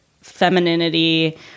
femininity